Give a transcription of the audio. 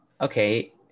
Okay